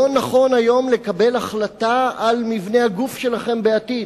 לא נכון היום לקבל החלטה על מבנה הגוף שלכם בעתיד.